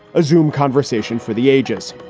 resume conversation for the ages.